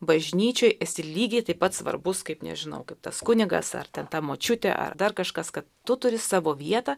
bažnyčioj esi lygiai taip pat svarbus kaip nežinau kaip tas kunigas ar ten ta močiutė ar dar kažkas kad tu turi savo vietą